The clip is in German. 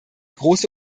große